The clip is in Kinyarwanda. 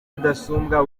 rudasumbwa